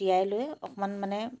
তিয়াই লৈ অকণমান মানে